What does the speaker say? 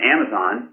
Amazon